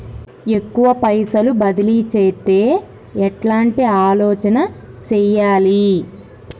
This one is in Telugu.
ఎక్కువ పైసలు బదిలీ చేత్తే ఎట్లాంటి ఆలోచన సేయాలి?